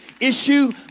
Issue